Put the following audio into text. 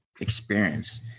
experience